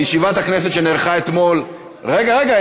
בישיבת הכנסת שנערכה אתמול, רגע, רגע.